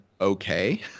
okay